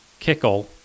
Kickle